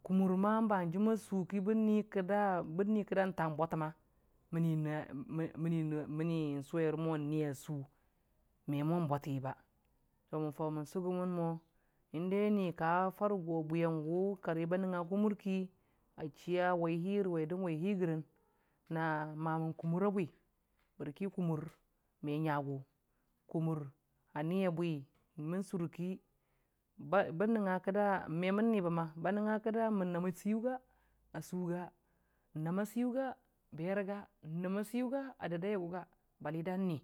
kumur ma ba hanjim sʊki kida bən nui ki dam yaan bwate mani mo ni a sʊ me mo bwate mən fau mən sʊgʊmən mən mo in dai ni ka fare go bwiyangu kar ba nəngnga kumur ki a chi a wai hi rə wer dən wai hi gərən na mamən kumur a bwi bərki me ngagu kumur a ni a bwi mən sʊre ki bən nangnga ki da mən nam a a seiyu ga nnam seiyu ga a sʊ ga nnama seiyuga a dəddai a a guga bali dan ni.